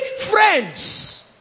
friends